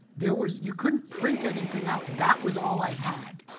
there was you couldn't print anything out. that was all i had.